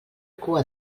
cua